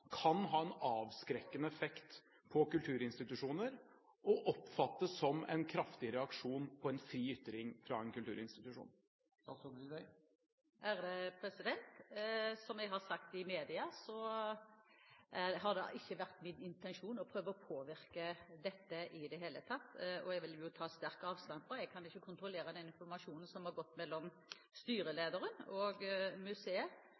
kan ha en avskrekkende effekt på kulturinstitusjoner, og oppfattes som en kraftig reaksjon på en fri ytring fra en kulturinstitusjon? Som jeg har sagt i media, har det ikke vært min intensjon å prøve å påvirke dette i det hele tatt, og jeg vil ta sterk avstand fra det. Jeg kan ikke kontrollere den informasjonen som har gått mellom styrelederen og museet.